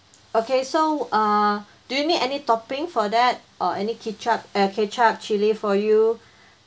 okay so err do you need any topping for that or any ketchup eh ketchup chilli for you